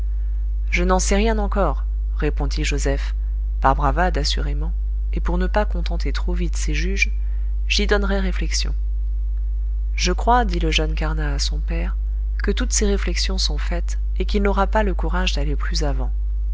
je n'en sais rien encore répondit joseph par bravade assurément et pour ne pas contenter trop vite ses juges j'y donnerai réflexion je crois dit le jeune carnat à son père que toutes ses réflexions sont faites et qu'il n'aura pas le courage d'aller plus avant